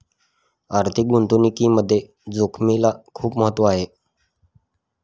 आर्थिक गुंतवणुकीमध्ये जोखिमेला खूप महत्त्व आहे